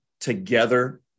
together